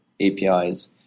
APIs